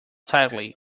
tightly